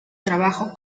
trabajo